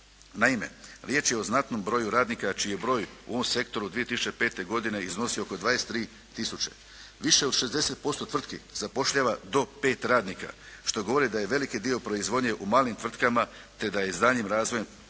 Naime, riječ je o znatnom broju radnika čiji je broj u ovom sektoru 2005. godine iznosio oko 23000. Više od 60% tvrtki zapošljava do 5 radnika, što govori da je veliki dio proizvodnje u malim tvrtkama, te da je s daljnjim razvojem tog